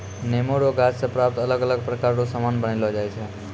नेमो रो गाछ से प्राप्त अलग अलग प्रकार रो समान बनायलो छै